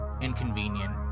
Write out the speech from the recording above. inconvenient